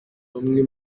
umwe